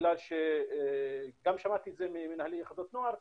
גם שמעתי את זה ממנהלי יחידות נוער,